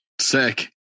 Sick